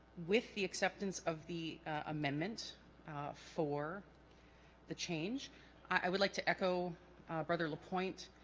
with the acceptance of the amendment for the change i would like to echo brother lapointe